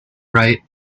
bright